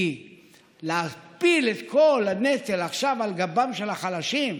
כי להפיל את כל הנטל עכשיו על גבם של החלשים,